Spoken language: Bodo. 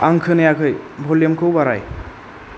आं खोनायाखै बुलियामखौ बाराय